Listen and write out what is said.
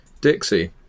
Dixie